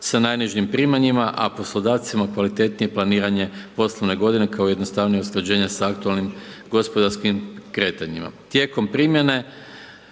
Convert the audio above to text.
sa najnižim primanjima, a poslodavcima kvalitetnije planiranje poslovne godine kao i jednostavnije usklađenje sa aktualnim gospodarskim kretanjima. Tijekom primjene